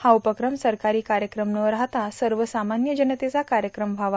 हा उपक्रम सरकारी कार्यक्रम न राहता सर्वसामान्य जनतेचा कार्यक्रम व्हावा